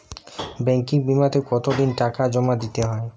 Banking বিমাতে কত দিন টাকা জমা দিতে হয়?